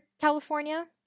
California